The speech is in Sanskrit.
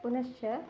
पुनश्च